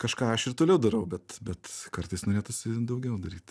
kažką aš ir toliau darau bet bet kartais norėtųsi daugiau daryt